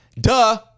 Duh